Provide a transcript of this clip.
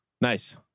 Nice